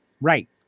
Right